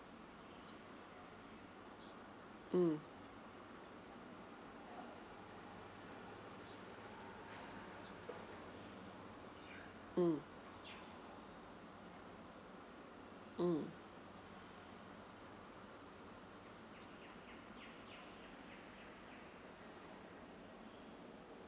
mm mm mm